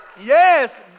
Yes